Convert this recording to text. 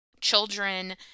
children